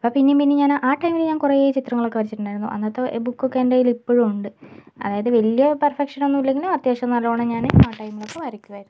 അപ്പം പിന്നെയും പിന്നെയും ഞാൻ ആ ടൈമിൽ കുറെ ചിത്രങ്ങളൊക്കെ വരച്ചട്ടുണ്ടായിരുന്നു അന്നത്തെ ബുക്ക് ഒക്കെ ഇപ്പഴും എൻ്റെ കയ്യിൽ ഉണ്ട് അതായത് വലിയ പെർഫെക്ഷൻ ഒന്നും ഇല്ലെങ്കിലും അത്യാവശ്യം നല്ലവണ്ണം ഞാൻ ആ ടൈമിൽ ഒക്കെ വരയ്ക്കുമായിരുന്നു